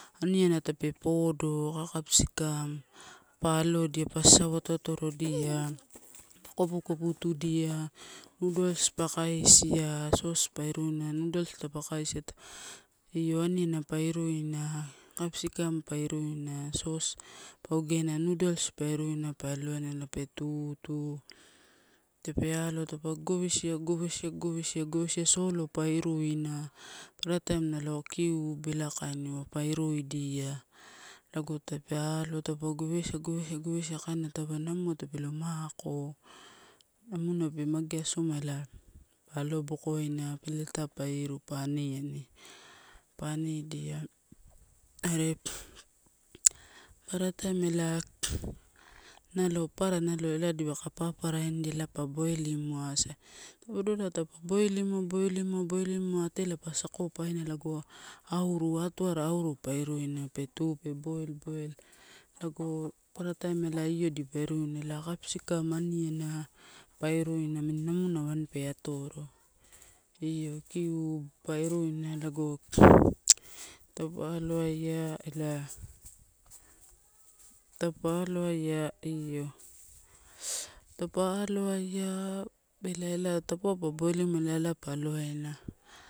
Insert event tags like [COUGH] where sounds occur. Aniana tape podo aka capsikam pa alodia, pa sasau toatorodia, pa kopukoputudia, nudols pa kaisia, sos pa iruina. Nudols taupe kaisia io aniana pa iruina, capsikam pa iruina sos pa ogena, nudols pa iruina pa elowaiso naela pe tutu. Tape aloa taupe gogowesia, gogowesia, gogowesia, gogowesia solo pa iruina papara taim nalo kiuto ela kainiua, pa iruidia lago tape aloa pa gowesia, gowesia, gowesia kaina taupe namua tape lo mako, namuna tape mageasoma ela pa alo bokoina peletai pa iru pa aniani. Pa anidia, are papara taim ela. [NOISE] Nalo para ela dipaka paparainidia la pa boilim wasa, odorola paupa bboilimua, boilimua. boilimua atela pa sakopaina lago auru, atuata auru pa iruina pe tu pe boil, boil lago paparataim elai io dipa iruina ela capsikam, aniana pa iruina namini namuna waini pe atoro. Io kiub pa iruina lago [NOISE] taupe aloaia ela, taupe aloaia io taupe aloaia ela ela taupe pa boilimua ela pa alowaina.